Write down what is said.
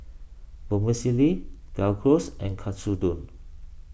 Vermicelli Gyros and Katsudon